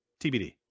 TBD